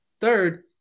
third